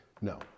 No